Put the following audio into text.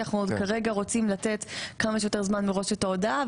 כי כרגע אנחנו רוצים לתת כמה שיותר זמן מראש את ההודעה,